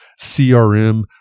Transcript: CRM